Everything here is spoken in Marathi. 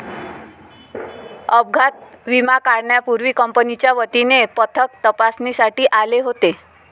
अपघात विमा काढण्यापूर्वी कंपनीच्या वतीने पथक तपासणीसाठी आले होते